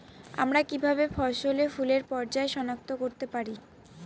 আমরা কিভাবে ফসলে ফুলের পর্যায় সনাক্ত করতে পারি?